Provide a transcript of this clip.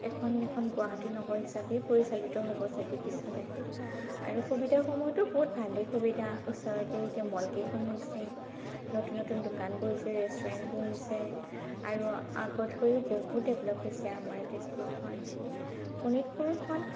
এইখন এখন গুৱাহাটী নগৰ হিচাপেই পৰিচালিত হ'ব চাগে পিছলৈ আৰু সুবিধাসমূহতো বহুত ভালেই সুবিধা ওচৰতেই এতিয়া মলকেইখন হৈছে নতুন নতুন দোকান বহিছে ৰেষ্টুৰেণ্ট বহিছে আৰু আগতকৈও বহুত ডেভেলপ হৈছে আমাৰ তেজপুৰখন শোণিতপুৰখন